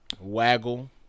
Waggle